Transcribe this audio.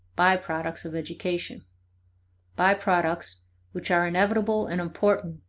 by-products of education by-products which are inevitable and important,